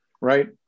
Right